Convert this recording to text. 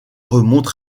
remonte